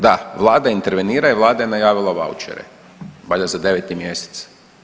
Da, vlada intervenira i vlada je najavila vaučere valjda za 9. mjesec.